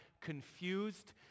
confused